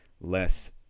less